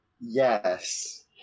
Yes